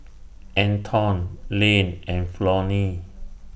Anton Lane and Flonnie